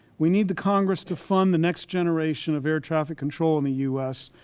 we need the congress to fund the next generation of air traffic control in the u s.